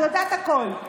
אני יודעת הכול.